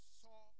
saw